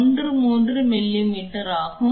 13 மிமீ ஆகும்